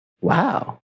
Wow